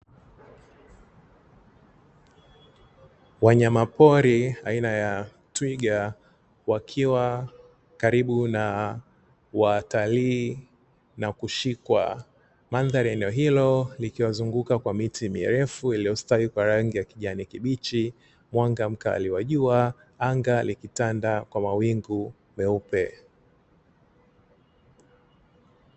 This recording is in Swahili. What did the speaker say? Wanyamapori aina ya twiga wakiwa karibu na watalii na kushikwa. Mandhari ya eneo hilo likiwazunguka kwa miti mirefu iliyostawi kwa rangi ya kijani kibichi, mwanga mkali wa jua, anga likitanda kwa mawingu meupe.